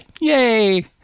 Yay